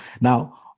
Now